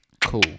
Cool